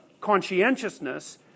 conscientiousness